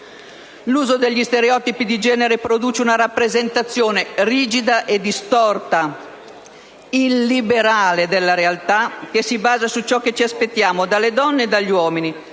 L'uso degli stereotipi di genere produce una rappresentazione rigida, distorta e illiberale della realtà che si basa su ciò che ci aspettiamo dalle donne e dagli uomini.